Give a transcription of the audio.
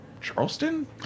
Charleston